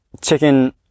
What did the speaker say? Chicken